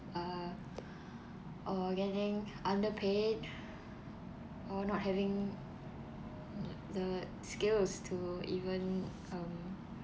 uh or getting underpaid or not having the the skills to even um